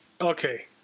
Okay